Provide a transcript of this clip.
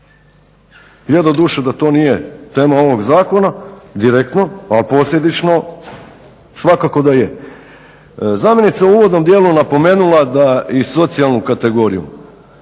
je doduše da to nije tema ovog zakona direktno ali posljedično svakako da je. Zamjenica je u uvodnom djelu napomenula da i socijalnu kategoriju,